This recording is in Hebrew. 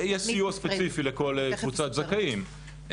יש סיוע ספציפי לכל קבוצת זכאים.